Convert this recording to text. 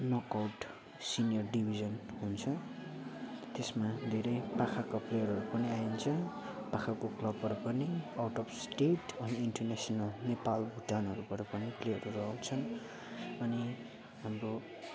नक out senior division हुन्छ त्यसमा धेरै पाखाको प्लेयरहरू पनि आइन्छ पाखाको क्लबबाट पनि आउट अफ् स्टेट अनि इन्टरनेसनल नेपाल भुटानहरूबाट पनि प्लेयरहरू आउँछन् अनि हाम्रो